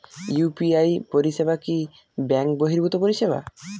UPI পরিসেবা কি bank বর্হিভুত পরিসেবা?